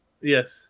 yes